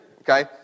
okay